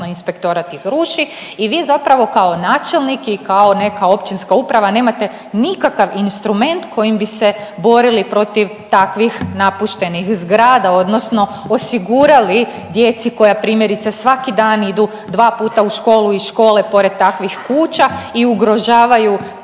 Inspektorat ih ruši i vi zapravo kao načelnik i kao neka općinska uprava nemate nikakav instrument kojim bi se borili protiv takvih napuštenih zgrada odnosno osigurali djeci koja, primjerice svaki dan idu dva puta u školu i iz škole pored takvih kuća i ugrožavaju